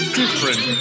different